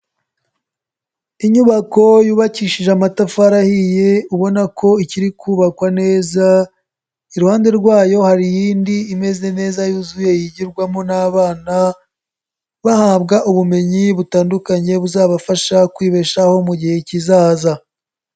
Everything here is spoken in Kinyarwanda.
Inyubako yubakishije amatafari ahiye ubona ko ikiri kubakwa neza. Iruhande rwayo hari iyindi imeze neza yuzuye yigirwamo n'abana. Bahabwa ubumenyi butandukanye buzabafasha kwibeshaho mu gihe kizaza.